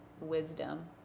wisdom